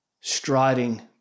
striding